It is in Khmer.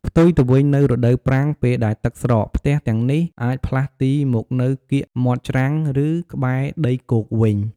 ផ្ទុយទៅវិញ នៅរដូវប្រាំង ពេលដែលទឹកស្រក ផ្ទះទាំងនេះអាចផ្លាស់ទីមកនៅកៀកមាត់ច្រាំង ឬក្បែរដីគោកវិញ។